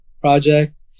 project